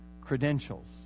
credentials